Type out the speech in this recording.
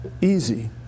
easy